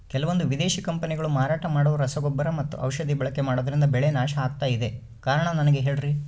ಕೆಲವಂದು ವಿದೇಶಿ ಕಂಪನಿಗಳು ಮಾರಾಟ ಮಾಡುವ ರಸಗೊಬ್ಬರ ಮತ್ತು ಔಷಧಿ ಬಳಕೆ ಮಾಡೋದ್ರಿಂದ ಬೆಳೆ ನಾಶ ಆಗ್ತಾಇದೆ? ಕಾರಣ ನನಗೆ ಹೇಳ್ರಿ?